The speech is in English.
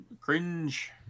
Cringe